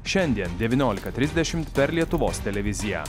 šiandien devyniolika trisdešimt per lietuvos televiziją